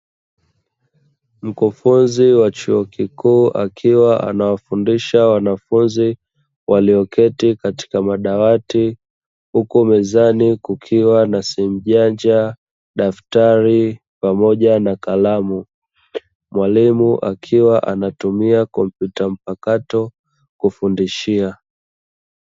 Mkufunzi wa chuo kikuu akiwa anawafundisha wanafunzi, walioketi katika madawati huku mezani kukiwa na simujanja, daftari pamoja na kalamu. Mwalimu akiwa anatumia kompyuta mpakato kufundishia.